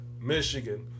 Michigan